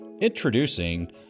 Introducing